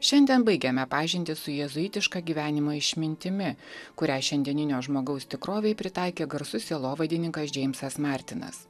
šiandien baigiame pažintį su jėzuitiška gyvenimo išmintimi kurią šiandieninio žmogaus tikrovei pritaikė garsus sielovadininkas džeimsas martinas